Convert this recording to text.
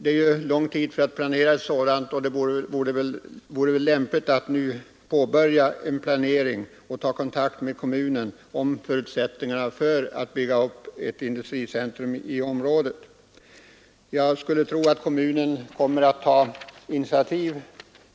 Det tar lång tid att planera ett sådant. Det vore väl lämpligt att nu påbörja planeringen och ta kontakt med kommunen om förutsättningarna för att bygga upp ett industricentrum i området. Jag skulle tro att kommunen kommer att ta initiativ